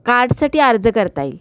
कार्डसाठी अर्ज करता येईल